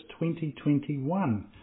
2021